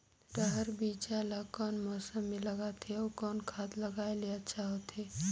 रहर बीजा ला कौन मौसम मे लगाथे अउ कौन खाद लगायेले अच्छा होथे?